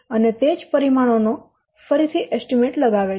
અને તે જ પરિમાણો નો ફરીથી એસ્ટીમેટ લગાવે છે